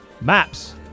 maps